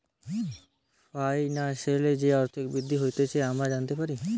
ফাইন্যান্সের যে আর্থিক বৃদ্ধি হতিছে আমরা জানতে পারি